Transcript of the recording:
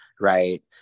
right